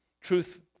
Truth